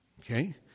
Okay